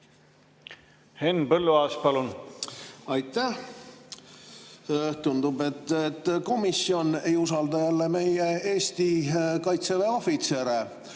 Henn Põlluaas, palun! Aitäh! Tundub, et komisjon ei usalda jälle meie Kaitseväe ohvitsere,